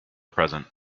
present